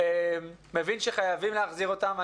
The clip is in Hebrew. הוא מבין שחייבים להחזיר אותם.